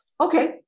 Okay